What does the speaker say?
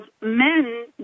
men